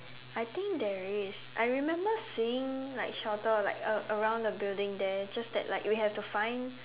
I think there is I remember seeing like shelter like a~ around the building there just that like we had to find